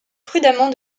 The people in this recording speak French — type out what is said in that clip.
prudemment